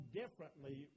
differently